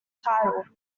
title